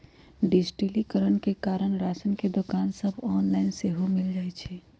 डिजिटलीकरण के कारण राशन के दोकान सभ ऑनलाइन सेहो मिल जाइ छइ